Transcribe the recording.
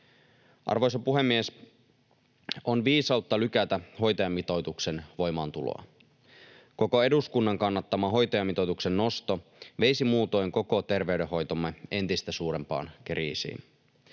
Arvoisa puhemies! On viisautta lykätä hoitajamitoituksen voimaantuloa. Koko eduskunnan kannattama hoitajamitoituksen nosto veisi muutoin koko terveydenhoitomme entistä suurempaan kriisiin.